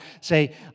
say